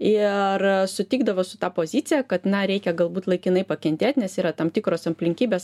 ir sutikdavo su ta pozicija kad na reikia galbūt laikinai pakentėt nes yra tam tikros aplinkybės